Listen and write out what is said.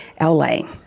LA